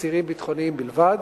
אסירים ביטחוניים בלבד,